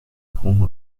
bruno